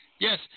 Yes